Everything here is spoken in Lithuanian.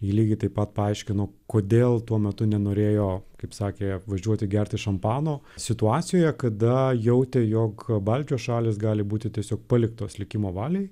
ji lygiai taip pat paaiškino kodėl tuo metu nenorėjo kaip sakė važiuoti gerti šampano situacijoje kada jautė jog baltijos šalys gali būti tiesiog paliktos likimo valiai